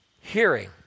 hearing